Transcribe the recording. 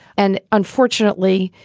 and unfortunately,